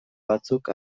batzuk